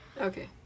Okay